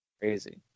Crazy